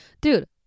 Dude